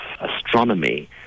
astronomy